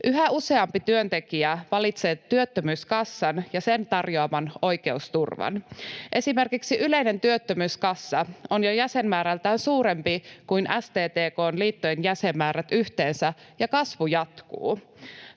Yhä useampi työntekijä valitsee työttömyyskassan ja sen tarjoaman oikeusturvan. Esimerkiksi Yleinen työttömyyskassa on jo jäsenmäärältään suurempi kuin STTK:n liittojen jäsenmäärät yhteensä, ja kasvu jatkuu.